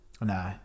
No